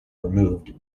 removed